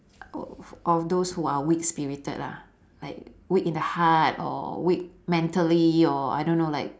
all those who are weak spirited lah like weak in the heart or weak mentally or I don't know like